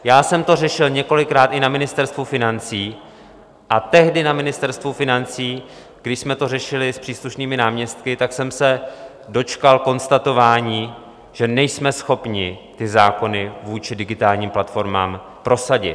Já jsem to řešil několikrát i na Ministerstvu financí, a tehdy na Ministerstvu financí, když jsme to řešili s příslušnými náměstky, jsem se dočkal konstatování, že nejsme schopni ty zákony vůči digitálním platformám prosadit.